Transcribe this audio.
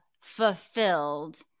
fulfilled